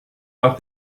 out